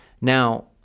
Now